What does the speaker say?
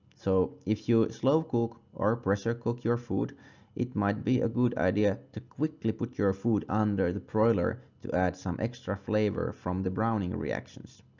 so if you slow cook or pressure cook your food it might be a good idea to quickly put your food under the broiler to add some extra flavor from the browning reactions.